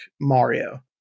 Mario